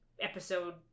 episode